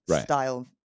style